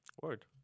Word